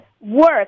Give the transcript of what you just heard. work